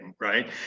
Right